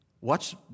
Watch